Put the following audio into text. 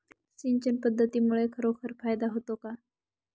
सिंचन पद्धतीमुळे खरोखर फायदा होतो का?